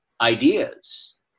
ideas